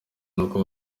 nkuko